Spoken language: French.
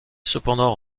cependant